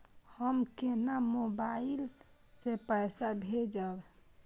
हम केना मोबाइल से पैसा भेजब?